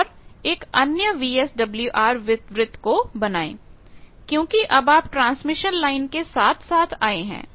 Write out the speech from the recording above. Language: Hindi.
और एक अन्य VSWR वृत्त को बनाएं क्योंकि अब आप ट्रांसमिशन लाइन के साथ साथ आए हैं